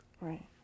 Right